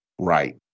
right